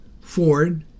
Ford